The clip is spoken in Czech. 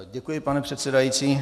Děkuji, pane předsedající.